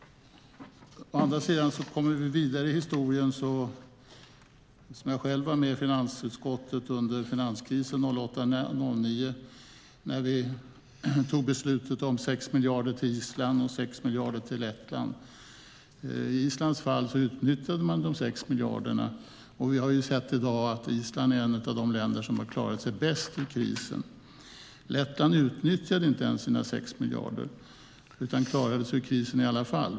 Jag var själv med i finansutskottet under finanskrisen 2008-2009 när vi tog beslut om 6 miljarder till Island och 6 miljarder till Lettland. Island utnyttjade de 6 miljarderna. Vi har nu sett att Island är ett av de länder som har klarat sig bäst ur krisen. Lettland utnyttjade inte ens sina 6 miljarder utan klarade sig ur krisen ändå.